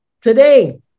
today